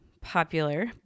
popular